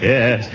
Yes